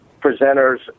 presenter's